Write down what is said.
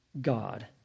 God